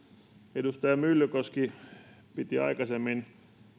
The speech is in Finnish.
edustaja myllykoski piti aikaisemmin